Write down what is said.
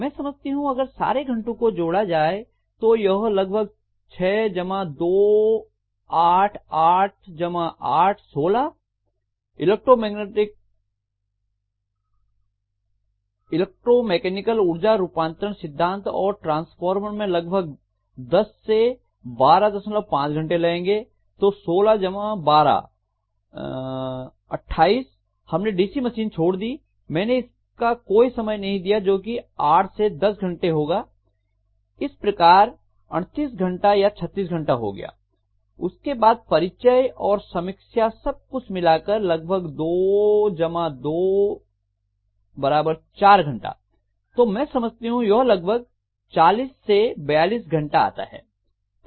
मैं समझती हूं अगर सारे घंटों को जोड़ा जाए तो यह लगभग 6 जमा 2 8 8 जमा 8 16 इलेक्ट्रोमैकेनिकल ऊर्जा रूपांतरण सिद्धांत और ट्रांसफार्मर मैं लगभग 10 से 125 घंटे लगेंगे तो 16 जमा 12 28हमने डीसी मशीन छोड़ दी मैंने इसका कोई समय नहीं दिया जोकि 8 से 10 घंटा होगा इस प्रकार 38 घंटा या 36 घंटा हो गया उसके बाद परिचय और समीक्षा सब कुछ मिला कर लगभग 2 24 घंटा तो मैं समझती हूं यह लगभग 40 से 42 घंटा आता है